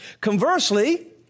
Conversely